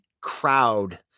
crowd